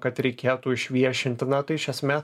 kad reikėtų išviešinti na tai iš esmės